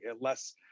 less